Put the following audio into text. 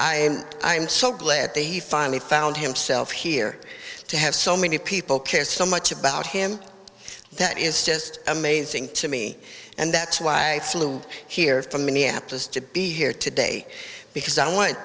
i i'm so glad they finally found himself here to have so many people care so much about him that is just amazing to me and that's why i flew here from minneapolis to be here today because i